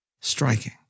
striking